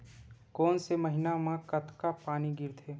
कोन से महीना म कतका पानी गिरथे?